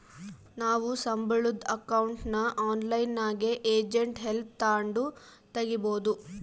ನಾವು ಸಂಬುಳುದ್ ಅಕೌಂಟ್ನ ಆನ್ಲೈನ್ನಾಗೆ ಏಜೆಂಟ್ ಹೆಲ್ಪ್ ತಾಂಡು ತಗೀಬೋದು